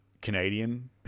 Canadian